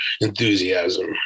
enthusiasm